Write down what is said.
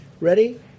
Ready